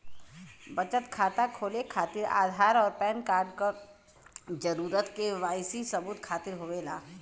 बचत खाता खोले खातिर आधार और पैनकार्ड क जरूरत के वाइ सी सबूत खातिर होवेला